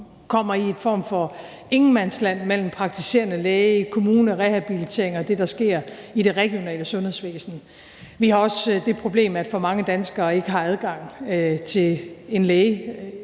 kommer i en form for ingenmandsland mellem praktiserende læge, kommune og rehabilitering og det, der sker i det regionale sundhedsvæsen. Vi har også det problem, at for mange danskere ikke har adgang til en læge